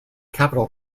capital